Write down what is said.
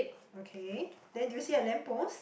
okay then you see a lamp post